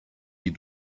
die